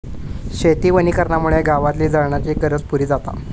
शेती वनीकरणामुळे गावातली जळणाची गरज पुरी जाता